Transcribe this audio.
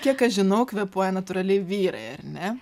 kiek aš žinau kvėpuoja natūraliai vyrai ar ne